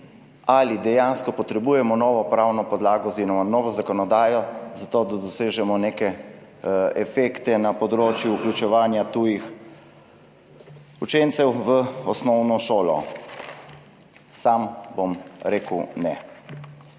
ali dejansko potrebujemo novo pravno podlago oziroma novo zakonodajo za to, da dosežemo neke efekte na področju vključevanja tujih učencev v osnovno šolo. Sam bom rekel,